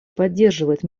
поддерживает